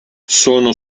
sono